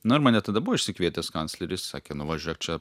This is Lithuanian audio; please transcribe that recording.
na ir mane tada buvo išsikvietęs kancleris sakė nu va žiūrėk čia